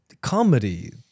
Comedy